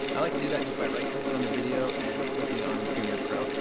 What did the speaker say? i like to do that just by right-clicking on the video and clicking on premiere pro.